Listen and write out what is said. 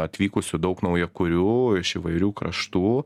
atvykusių daug naujakurių iš įvairių kraštų